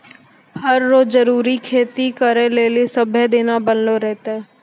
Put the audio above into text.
हर रो जरूरी खेती करै लेली सभ्भे दिन बनलो रहतै